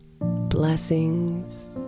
Blessings